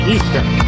Eastern